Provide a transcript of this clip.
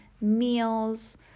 meals